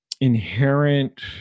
inherent